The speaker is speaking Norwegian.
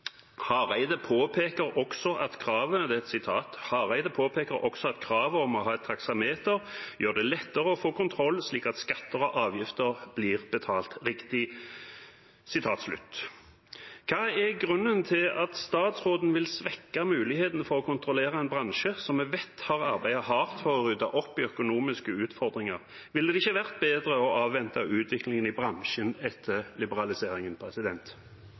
påpeker også at kravet om å ha et taksameter gjør det er lettere å få kontroll slik at skatter og avgifter blir betalt riktig.» Hva er grunnen til at statsråden vil svekke muligheten for å kontrollere en bransje som vi vet har arbeidet hardt for å rydde opp i økonomiske utfordringer? Ville det ikke vært bedre å avvente utviklingen i bransjen til etter liberaliseringen?